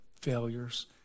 failures